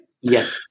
Yes